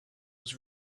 was